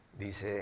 Dice